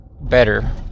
better